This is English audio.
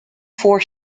four